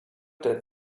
that